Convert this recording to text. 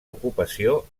ocupació